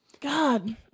God